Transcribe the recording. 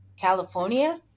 California